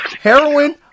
heroin